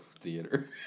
Theater